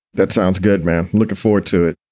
that sounds good, man. looking forward to it